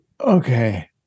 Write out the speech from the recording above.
Okay